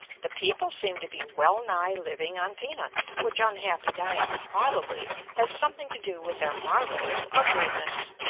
the people seem to be well-nigh living on peanuts, which unhappy diet probably has something to do with their marvellous ugliness.